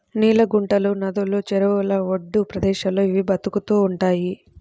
నీళ్ళ గుంటలు, నదులు, చెరువుల ఒడ్డు ప్రదేశాల్లో ఇవి బతుకుతూ ఉంటయ్